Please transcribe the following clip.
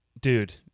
Dude